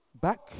back